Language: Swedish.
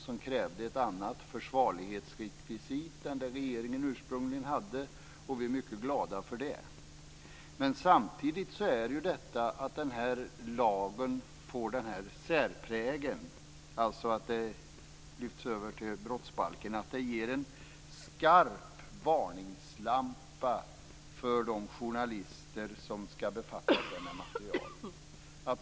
Den krävde ett annat försvarlighetsrekvisit än det regeringen ursprungligen hade. Vi är mycket glada för det. Samtidigt får den här lagen en särprägel. Regler lyfts över till brottsbalken. Det ger en skarp varningslampa för de journalister som skall befatta sig med materialet.